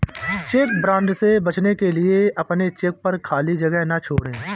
check fraud से बचने के लिए अपने चेक पर खाली जगह ना छोड़ें